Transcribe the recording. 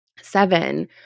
seven